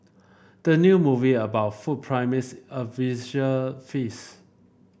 the new movie about food promise a visual feast